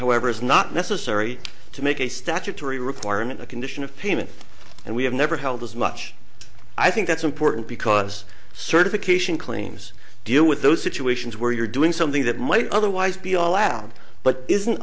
however is not necessary to make a statutory requirement a condition of payment and we have never held as much i think that's important because certification claims deal with those situations where you're doing something that might otherwise be allowed but isn't